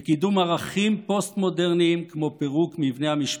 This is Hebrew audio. וקידום ערכים פוסט-מודרניים כמו פירוק מבנה המשפחה.